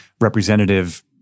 representative